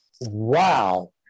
wow